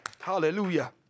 Hallelujah